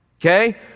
okay